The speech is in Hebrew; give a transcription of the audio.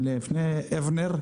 מלפני שנים.